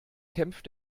kämpft